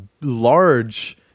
large